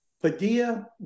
Padilla